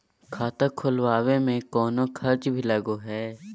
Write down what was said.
खाता खोलावे में कौनो खर्चा भी लगो है?